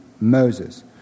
Moses